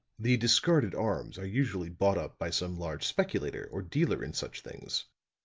the discarded arms are usually bought up by some large speculator or dealer in such things.